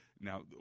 Now